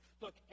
Look